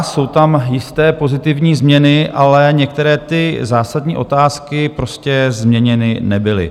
Jsou tam jisté pozitivní změny, ale některé ty zásadní otázky prostě změněny nebyly.